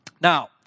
Now